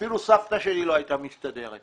אפילו סבתא שלי לא הייתה מסתדרת.